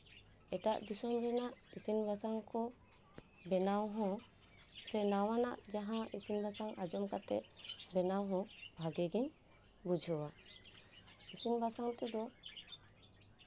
ᱮᱴᱟᱜ ᱫᱤᱥᱚᱢ ᱨᱮᱱᱟᱜ ᱤᱥᱤᱱ ᱵᱟᱥᱟᱝ ᱠᱚ ᱵᱮᱱᱟᱣ ᱦᱚᱸ ᱥᱮ ᱱᱟᱣᱟᱱᱟᱜ ᱡᱟᱦᱟᱸ ᱤᱥᱤᱱ ᱵᱟᱥᱟᱝ ᱟᱸᱡᱚᱢ ᱠᱟᱛᱮᱜ ᱵᱟᱱᱟᱣ ᱦᱚᱸ ᱵᱷᱟᱜᱮ ᱜᱮ ᱵᱩᱡᱷᱟᱹᱣᱟ ᱤᱥᱤᱱ ᱵᱟᱥᱟᱝ ᱛᱮᱫᱚ